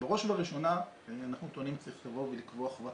בראש ובראשונה אנחנו טוענים שצריך לקבוע חובת